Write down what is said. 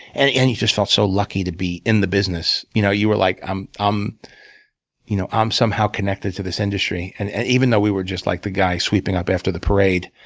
and and you just felt so lucky to be in the business. you know you were like i'm um you know i'm somehow connected to this industry. and and even though we were just like the guy sweeping up after the parade,